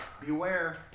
beware